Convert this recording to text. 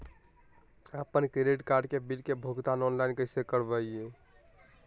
अपन credit card के bill के भुगतान ऑनलाइन कैसे करबैय?